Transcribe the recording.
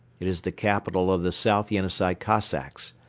it is the capital of the south yenisei cossacks.